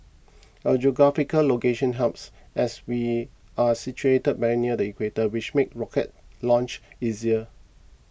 our geographical location helps as we are situated very near the equator which makes rocket launches easier